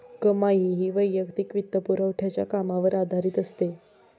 कमाई ही वैयक्तिक वित्तपुरवठ्याच्या कामावर आधारित असते